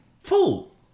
Fool